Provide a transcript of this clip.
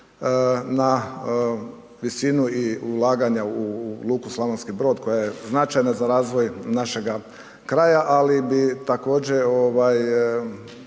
na visinu i ulaganja u luku Slavonski Brod koja je značajna za razvoj našega kraja, ali bi također